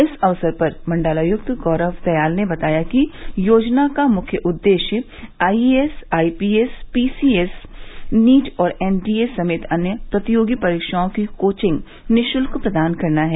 इस अवसर पर मण्डलायुक्त गौरव दयाल ने बताया कि योजना का मुख्य उद्देश्य आईएएस आईपीएस पीसीएस नीट और एनडीए समेत अन्य प्रतियोगी परीक्षाओं की कोचिंग निःशुल्क प्रदान करना है